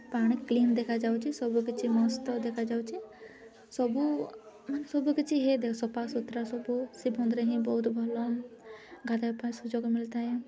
ପାଣି କ୍ଲିନ୍ ଦେଖାଯାଉଛି ସବୁ କିଛି ମସ୍ତ ଦେଖାଯାଉଛି ସବୁ ମାନେ ସବୁକିଛି ହେଦେ ସଫା ସୁୁତୁରା ସବୁ ସେ ବନ୍ଧରେ ହିଁ ବହୁତ ଭଲ ଗାଧୋଇବା ପାଇଁ ସୁଯୋଗ ମିଳିଥାଏ